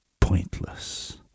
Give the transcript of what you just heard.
pointless